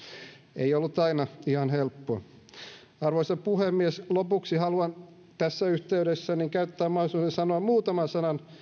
ei ollut aina ihan helppoa arvoisa puhemies lopuksi haluan tässä yhteydessä käyttää mahdollisuuden sanoa muutaman sanan